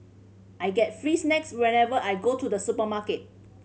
I get free snacks whenever I go to the supermarket